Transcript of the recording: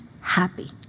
happy